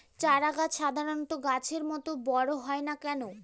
চারা গাছ সাধারণ গাছের মত বড় হয় না কেনো?